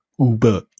Uber